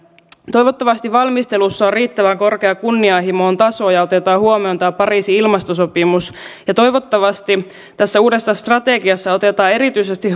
toivottavasti valmistelussa on riittävän korkea kunnianhimon taso ja otetaan huomioon tämä pariisin ilmastosopimus toivottavasti tässä uudessa strategiassa otetaan erityisesti